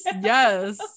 yes